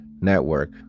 network